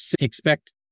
expect